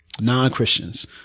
Non-Christians